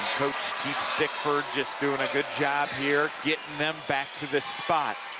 coach stickrod just doing a good job here getting them back to the spot.